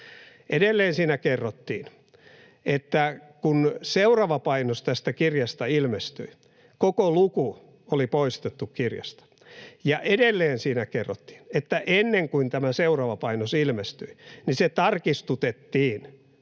Edelleen siinä kerrottiin, että kun seuraava painos tästä kirjasta ilmestyi, koko luku oli poistettu kirjasta. Ja edelleen siinä kerrottiin, että ennen kuin tämä seuraava painos ilmestyi, se tarkistutettiin